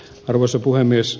arvoisa puhemies